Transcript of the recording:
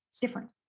different